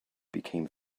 became